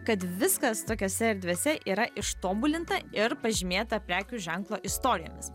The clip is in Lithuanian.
kad viskas tokiose erdvėse yra ištobulinta ir pažymėta prekių ženklo istorijomis